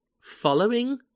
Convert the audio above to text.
following